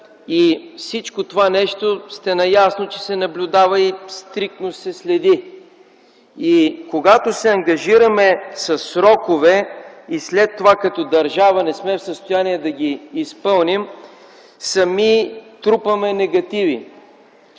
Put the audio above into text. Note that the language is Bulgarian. комисия. Наясно сте, че всичко се наблюдава и стриктно се следи. Когато се ангажираме със срокове, а след това като държава не сме в състояние да ги изпълним, сами трупаме негативи.